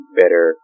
better